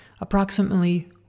approximately